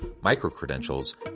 micro-credentials